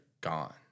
gone